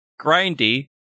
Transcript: Grindy